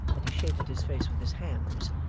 that he shaded his face with his hands,